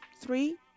three